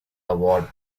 award